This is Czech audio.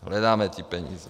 Hledáme ty peníze.